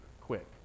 quick